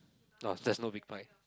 ah there's no big pie